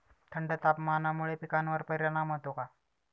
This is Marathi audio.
थंड तापमानामुळे पिकांवर परिणाम होतो का?